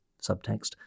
subtext